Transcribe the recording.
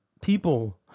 people